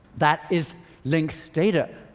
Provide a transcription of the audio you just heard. that is linked data.